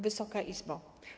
Wysoka Izbo!